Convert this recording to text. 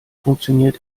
funktioniert